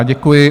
Děkuji.